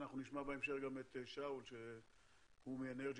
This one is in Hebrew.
אנחנו נשמע בהמשך גם את שאול שהוא מאנרג'יאן,